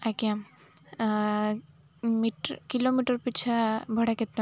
ଆଜ୍ଞା କିଲୋମିଟର ପିଛା ଭଡ଼ା କେତେ